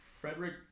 Frederick